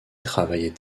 travaillait